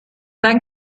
dann